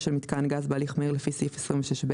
של מיתקן גז בהליך מהיר לפי סעיף 26ב"